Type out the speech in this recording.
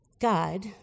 God